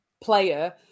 player